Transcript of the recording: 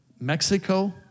Mexico